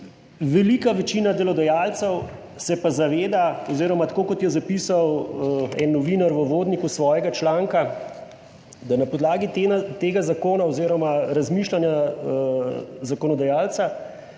velika večina delodajalcev se pa zaveda oziroma tako, kot je zapisal en novinar v uvodniku svojega članka, da na podlagi tega zakona oziroma razmišljanja zakonodajalca,